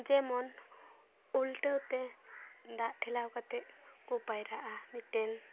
ᱡᱮᱢᱚᱱ ᱩᱞᱴᱟᱹᱣ ᱛᱮ ᱫᱟᱜ ᱴᱷᱮᱞᱟᱣ ᱠᱟᱛᱮᱫᱠᱚ ᱯᱟᱭᱨᱟᱜᱼᱟ ᱢᱤᱫᱴᱮᱱ